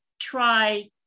try